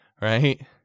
right